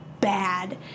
bad